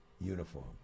uniform